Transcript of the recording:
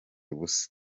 ubusa